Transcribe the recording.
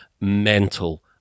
Mental